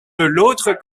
l’autre